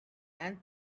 and